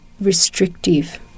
restrictive